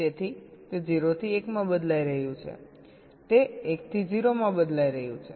તેથી તે 0 થી 1 માં બદલાઈ રહ્યું છે તે 1 થી 0 માં બદલાઈ રહ્યું છે